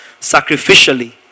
Sacrificially